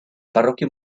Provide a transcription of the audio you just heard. parroquia